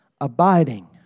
Abiding